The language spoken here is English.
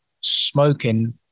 smoking